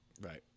Right